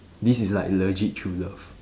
this is like legit true love